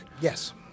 Yes